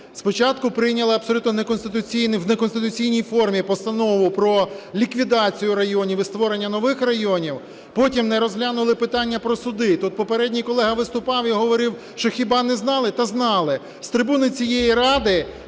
Спочатку прийняли абсолютно в неконституційній формі Постанову про ліквідацію районів і створення нових районів, потім не розглянули питання про суди. Тут попередній колега виступав і говорив, що хіба не знали, та знали. З трибуни цієї Ради